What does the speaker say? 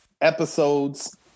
episodes